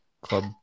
club